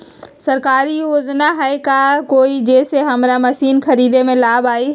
सरकारी योजना हई का कोइ जे से हमरा मशीन खरीदे में काम आई?